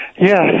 Yes